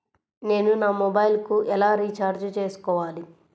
నేను నా మొబైల్కు ఎలా రీఛార్జ్ చేసుకోవాలి?